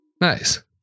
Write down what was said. Nice